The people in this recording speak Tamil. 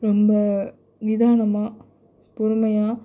ரொம்ப நிதானமாகப் பொறுமையாக